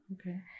Okay